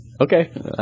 Okay